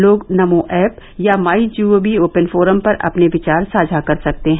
लोग नमो ऐप या MyGov open forum पर अपने विचार साझा कर सकते हैं